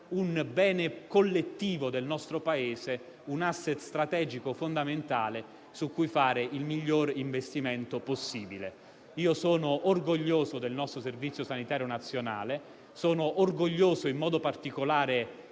un bene collettivo del nostro Paese, un *asset* strategico fondamentale su cui fare il miglior investimento possibile. Sono orgoglioso del nostro Servizio sanitario nazionale e sono orgoglioso in modo particolare